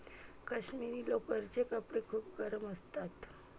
काश्मिरी लोकरचे कपडे खूप गरम असतात